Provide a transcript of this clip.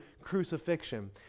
crucifixion